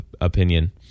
opinion